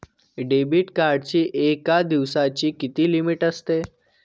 Debit कार्डची एका दिवसाची किती लिमिट असते?